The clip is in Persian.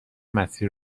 مسیر